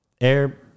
Air